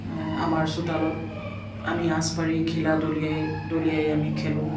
আমাৰ চোতালত আমি আঁচ পাৰি ঘিলা দলিয়াই দলিয়াই আমি খেলোঁ